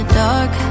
dark